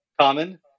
common